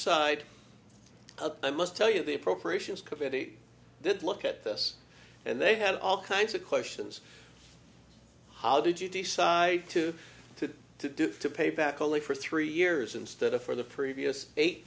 side i must tell you the appropriations committee did look at this and they had all kinds of questions how did you decide to to to do to pay back only for three years instead of for the previous eight